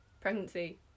pregnancy